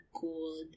gold